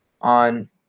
on